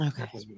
Okay